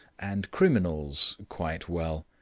and criminals quite well.